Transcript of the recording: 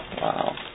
Wow